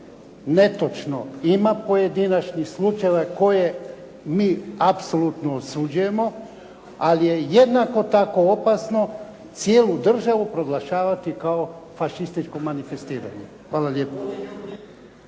Netočno. Ima pojedinačnih slučajeva koje mi apsolutno osuđujemo, ali je jednako tako opasno cijelu državu proglašavati kao fašističko manifestiranje. Hvala lijepo.